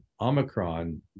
Omicron